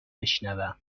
بشنوم